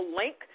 link